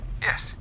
Yes